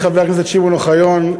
ידידי, חבר הכנסת שמעון אוחיון.